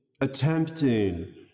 attempting